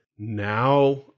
Now